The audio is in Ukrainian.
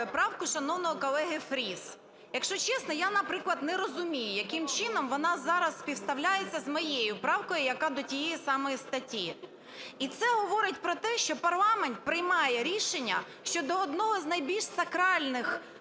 правку шановного колеги Фріса. Якщо чесно я, наприклад, не розумію, яким чином вона зараз співставляється з моєю правкою, яка до тієї самої статті. І це говорить про те, що парламент приймає рішення щодо одного з найбільш сакральних